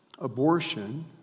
Abortion